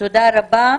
תודה רבה,